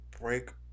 break